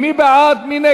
59 בעד, 61